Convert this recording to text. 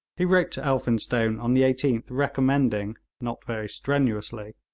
he wrote to elphinstone on the eighteenth recommending, not very strenuously,